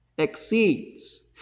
exceeds